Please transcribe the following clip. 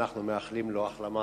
אנחנו מאחלים לו החלמה.